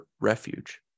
refuge